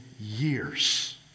years